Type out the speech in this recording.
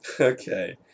Okay